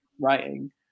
writing